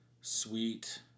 sweet